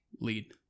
lead